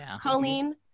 Colleen